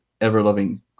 ever-loving